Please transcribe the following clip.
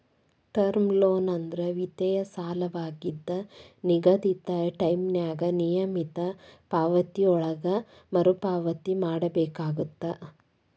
term loan ಅಂದ್ರ ವಿತ್ತೇಯ ಸಾಲವಾಗಿದ್ದ ನಿಗದಿತ ಟೈಂನ್ಯಾಗ ನಿಯಮಿತ ಪಾವತಿಗಳೊಳಗ ಮರುಪಾವತಿ ಮಾಡಬೇಕಾಗತ್ತ